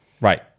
right